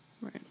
right